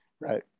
right